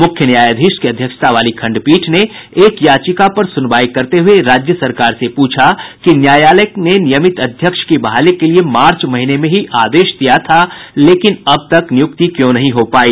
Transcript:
मुख्य न्यायाधीश की अध्यक्षता वाली खंडपीठ ने एक याचिका पर सुनवाई करते हुये राज्य सरकार से पूछा कि न्यायालय ने नियमित अध्यक्ष की बहाली के लिये मार्च महीने में ही आदेश दिया था लेकिन अब तक नियुक्ति क्यों नहीं हो पाई